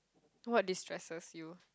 what destresses you